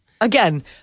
Again